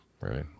right